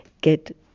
get